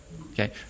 Okay